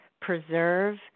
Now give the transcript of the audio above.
preserve